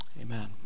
amen